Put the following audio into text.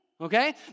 okay